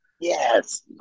yes